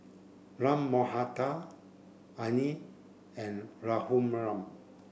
Ram Manohar Anil and Raghuram